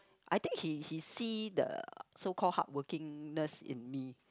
I think he he see the so call hardworking nurse in me